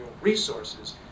resources